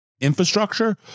infrastructure